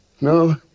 No